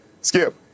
Skip